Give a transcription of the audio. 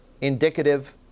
indicative